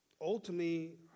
Ultimately